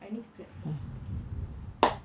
I need to clap first okay